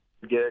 Good